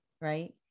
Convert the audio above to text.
right